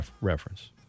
reference